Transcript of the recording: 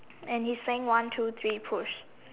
and he's saying one two three push